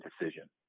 decision